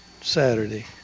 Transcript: Saturday